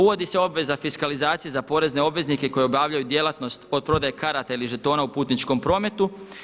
Uvodi se obveza fiskalizacije za porezne obveznike koji obavljaju djelatnost od prodaje karata ili žetona u putničkom prometu.